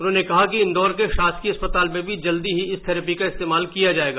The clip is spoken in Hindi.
उन्होंने कहा कि इंदौर में शासकीय अस्पताल में भी जल्दी ही इस थेरेपी का इस्तेमाल किया जाएगा